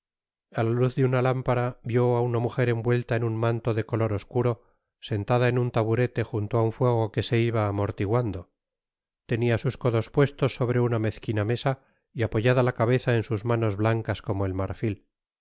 a la luz de una lámpara vió á una mujer envuelta en un manto de color oscuro seniada en un taburete junto á un fuego que se iba amortiguando tenia sus codos puestos sobre una mezquina mesa y apoyada la cabeza en sus manos blancas como el marfil